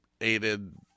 aided